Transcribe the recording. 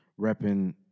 repping